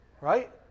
Right